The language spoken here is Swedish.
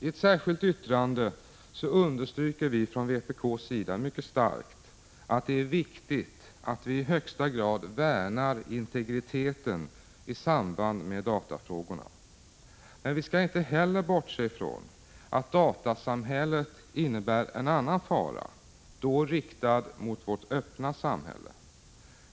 I ett särskilt yttrande understryker vi i vpk mycket starkt att det är viktigt att i högsta grad värna integriteten i samband med datafrågorna. Men man skall inte heller bortse från att datasamhället innebär en annan fara riktad mot vårt öppna samhälle.